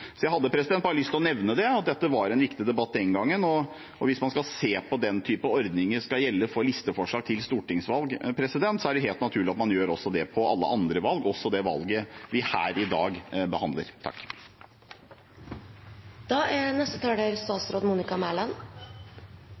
Jeg hadde bare lyst til å nevne det, og at dette var en viktig debatt den gangen. Hvis man skal se på om den typen ordninger skal gjelde for listeforslag til stortingsvalg, er det helt naturlig at man gjør det for alle andre valg, også det valget vi behandler her i dag.